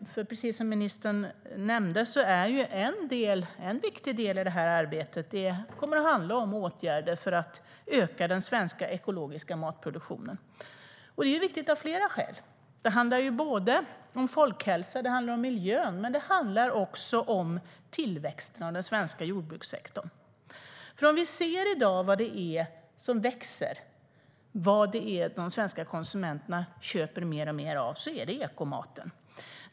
Precis som ministern nämnde kommer en viktig del i arbetet att handla om åtgärder för att öka den svenska ekologiska matproduktionen. Det är viktigt av flera skäl. Det handlar om folkhälsa och miljö, men det handlar också om tillväxten av den svenska jordbrukssektorn. Ser vi i dag på vad det är som växer, vad de svenska konsumenterna köper mer och mer av, ser vi att det är ekomaten.